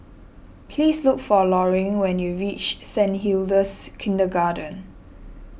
please look for Loring when you reach Saint Hilda's Kindergarten